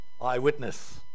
Eyewitness